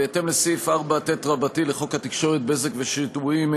בהתאם לסעיף 4ט רבתי לחוק התקשורת (בזק ושידורים),